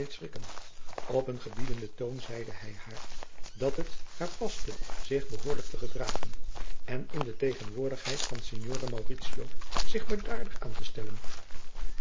op een gebiedenden toon zeide hij haar dat het haar paste zich behoorlijk te gedragen en in de tegenwoordigheid van signore mauritio zich bedaarder aan te stellen